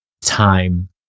time